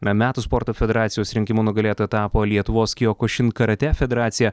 metų sporto federacijos rinkimų nugalėtoja tapo lietuvos kiokušin karatė federacija